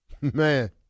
Man